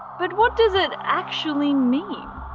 but what does it actually mean?